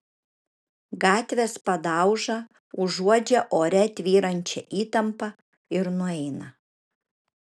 gatvės padauža užuodžia ore tvyrančią įtampą ir nueina